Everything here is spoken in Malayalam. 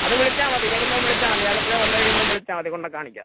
അത് വിളിച്ചാൽ മതി വരുമ്പം വിളിച്ചാൽമതി ആലപ്പുഴ വന്ന് കഴിയുമ്പം വിളിച്ചാൽമതി കൊണ്ട കാണിക്കാം